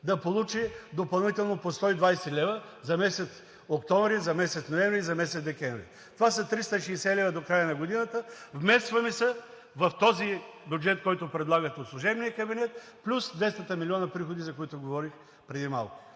да получат допълнително по 120 лв. за месец октомври, за месец ноември и за месец декември. Това са 360 лв. до края на годината – вместваме се в този бюджет, който предлагат от служебния кабинет, плюс 200 милиона приходи, за които говорих преди малко.